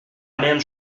même